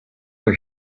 were